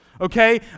okay